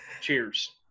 cheers